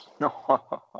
No